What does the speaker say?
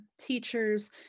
teachers